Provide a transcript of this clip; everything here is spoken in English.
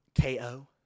KO